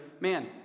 man